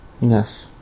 Yes